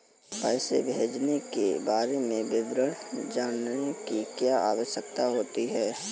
पैसे भेजने के बारे में विवरण जानने की क्या आवश्यकता होती है?